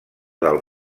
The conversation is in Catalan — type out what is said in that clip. del